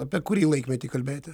apie kurį laikmetį kalbėti